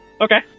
Okay